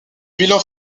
bilan